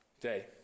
day